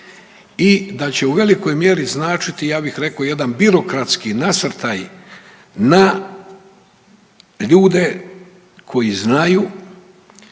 i da će u velikoj mjeri značiti ja bih rekao jedan birokratski nasrtaj na ljude koji znaju